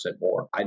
more